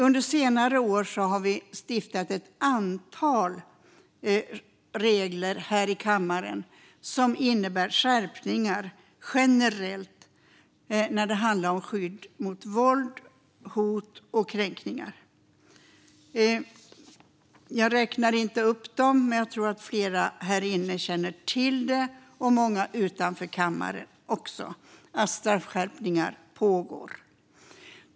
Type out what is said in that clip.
Under senare år har vi stiftat ett antal lagar här i kammaren som innebär generella skärpningar när det handlar om skydd mot våld, hot och kränkningar. Jag räknar inte upp dem, men jag tror att flera här inne och även många utanför kammaren känner till att straffskärpningar pågår.